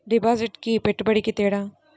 డిపాజిట్కి పెట్టుబడికి తేడా?